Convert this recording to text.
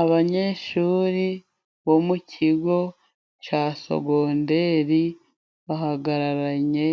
Abanyeshuri bo mu kigo cya sogonderi bahagararanye